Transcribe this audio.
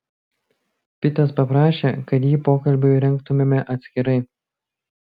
pitas paprašė kad jį pokalbiui rengtumėme atskirai